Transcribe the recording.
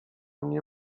mnie